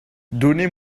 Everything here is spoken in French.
donnez